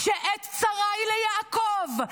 כשעת צרה היא ליעקב,